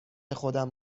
خودم